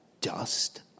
dust